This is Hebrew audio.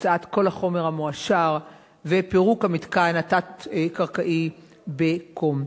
הוצאת כל החומר המועשר ופירוק המתקן התת-קרקעי בקום.